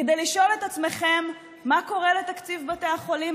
כדי לשאול את עצמכם מה קורה לתקציב בתי החולים,